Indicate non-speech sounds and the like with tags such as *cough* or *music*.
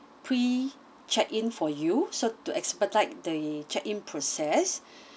pre check in for you so to expedite the check in process *breath*